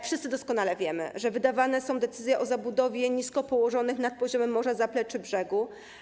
Wszyscy doskonale wiemy, że wydawane są decyzje o zabudowie nisko położonych nad poziomem morza zapleczy brzegu.